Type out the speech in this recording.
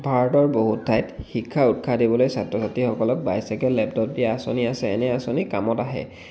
ভাৰতৰ বহুত ঠাইত শিক্ষাত উৎসাহ দিবলৈ ছাত্ৰ ছাত্ৰীসকলক বাইচাইকেল লেপটপ দিয়া আঁচনি আছে এনে আঁচনি কামত আহে